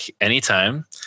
anytime